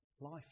life